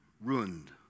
Ruined